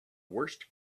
worst